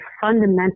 fundamental